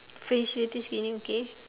facilities cleaning okay